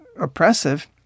oppressive